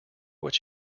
what